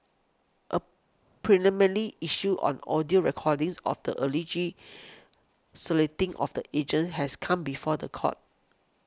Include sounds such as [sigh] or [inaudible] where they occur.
a [unintelligible] issue on audio recordings of the alleged [noise] soliciting of the agents has come before the court